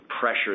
pressure